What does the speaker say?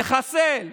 לחסל,